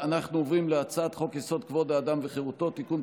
אנחנו עוברים להצעת חוק-יסוד: כבוד האדם וחירותו (תיקון,